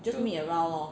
just meet around lor